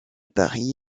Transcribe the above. paris